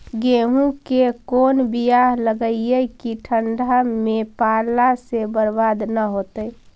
गेहूं के कोन बियाह लगइयै कि ठंडा में पाला से बरबाद न होतै?